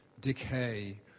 decay